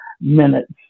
minutes